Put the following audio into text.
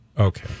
okay